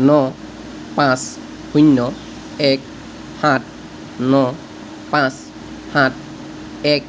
ন পাঁচ শূন্য এক সাত ন পাঁচ সাত এক